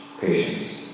patience